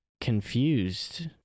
confused